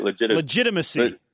Legitimacy